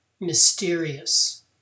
mysterious